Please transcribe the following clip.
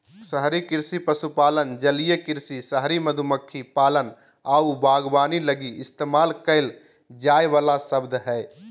शहरी कृषि पशुपालन, जलीय कृषि, शहरी मधुमक्खी पालन आऊ बागवानी लगी इस्तेमाल कईल जाइ वाला शब्द हइ